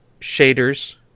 shaders